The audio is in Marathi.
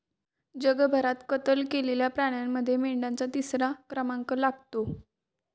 जगभरात कत्तल केलेल्या प्राण्यांमध्ये मेंढ्यांचा तिसरा क्रमांक लागतो